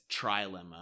trilemma